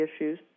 issues